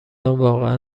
واقعا